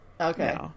Okay